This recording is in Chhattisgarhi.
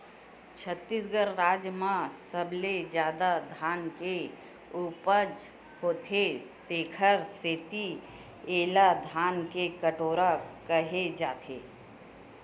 छत्तीसगढ़ राज म सबले जादा धान के उपज होथे तेखर सेती एला धान के कटोरा केहे जाथे